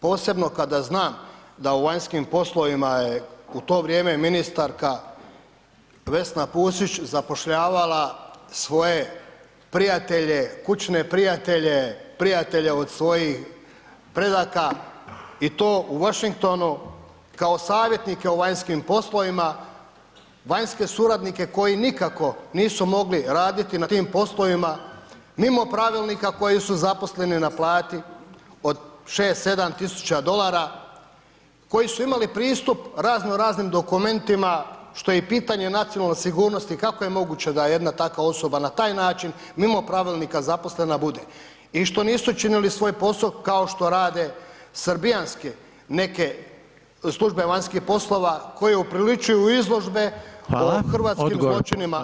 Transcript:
Posebno kada znam da u vanjskim poslovima je u to vrijeme ministarka Vesna Pusić zapošljavala svoje prijatelje, kućne prijatelje, prijatelje od svojih predaka i to u Washingtonu kao savjetnike u vanjskim poslovima, vanjske suradnike koji nikako nisu mogli raditi na tim poslovima mimo pravilnika koji su zaposleni na plati od 6, 7 tisuća dolara, koji su imali pristup razno raznim dokumentima što je i pitanje nacionalne sigurnosti kako je moguće da jedna takva osoba na taj način mimo pravilnika zaposlena bude i što nisu činili svoj posao kao što rade srbijanske neke službe vanjskih poslova koje upriličuju izložbe o hrvatskim zločinima.